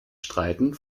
streiten